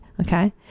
Okay